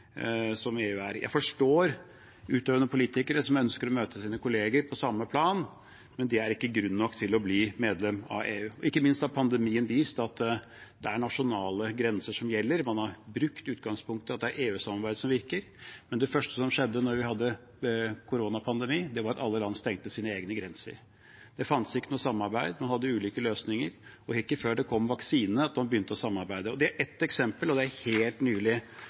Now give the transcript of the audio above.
Jeg forstår utøvende politikere som ønsker å møte sine kollegaer på samme plan, men det er ikke grunn nok til å bli medlem av EU. Ikke minst har pandemien vist at det er nasjonale grenser som gjelder. Man har brukt utgangspunktet om at det er EU-samarbeidet som virker, men det første som skjedde da vi hadde koronapandemi, var at alle land stengte sine egne grenser. Det fantes ikke noe samarbeid, man hadde ulike løsninger, og det var ikke før det kom vaksine at man begynte å samarbeide. Det er ett eksempel, og det er helt nylig.